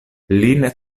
lin